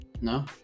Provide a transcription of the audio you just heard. No